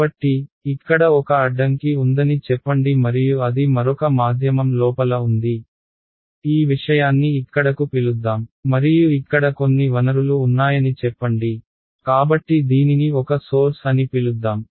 కాబట్టి ఇక్కడ ఒక అడ్డంకి ఉందని చెప్పండి మరియు అది మరొక మాధ్యమం లోపల ఉంది ఈ విషయాన్ని ఇక్కడకు పిలుద్దాం మరియు ఇక్కడ కొన్ని వనరులు ఉన్నాయని చెప్పండి కాబట్టి దీనిని ఒక సోర్స్ అని పిలుద్దాం